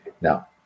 Now